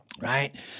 Right